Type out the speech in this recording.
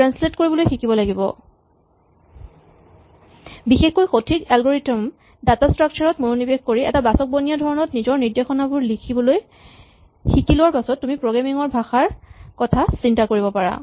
translate কৰিবলৈ শিকিব লাগিব বিশেষকৈ সঠিক এলগৰিথম ডাটা স্ট্ৰাক্সাৰ ত মনোনিৱেশ কৰি এটা বাচকবনীয়া ধৰণত নিজৰ নিৰ্দেশনাবোৰ লিখিবলৈ শিকি লোৱাৰ পাছত তুমি প্ৰগ্ৰেমিং ৰ ভাষাৰ কথা চিন্তা কৰিব পাৰা